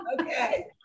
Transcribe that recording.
okay